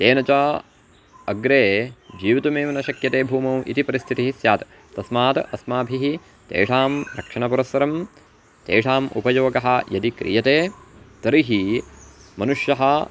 तेन च अग्रे जीवितुमेव न शक्यते भूमौ इति परिस्थितिः स्यात् तस्मात् अस्माभिः तेषां रक्षणपुरस्सरं तेषाम् उपयोगः यदि क्रियते तर्हि मनुष्यः